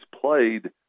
played